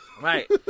Right